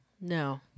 No